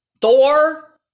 Thor